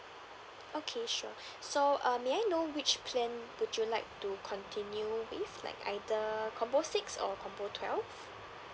okay sure so uh may I know which plan would you like to continue with like either combo six or combo twelve